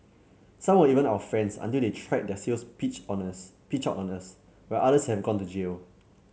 some were even our friends until they tried their sales pitch on us pitch out on us while others have gone to jail